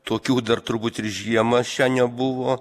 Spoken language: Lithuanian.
tokių dar turbūt ir žiemą šią nebuvo